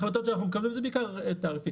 החלטות שאנחנו מקבלים זה בעיקר תעריפי.